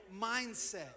mindset